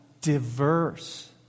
Diverse